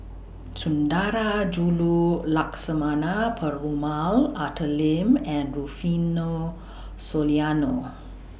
Sundarajulu Lakshmana Perumal Arthur Lim and Rufino Soliano